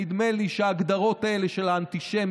נדמה לי שההגדרות האלה של האנטישמיות,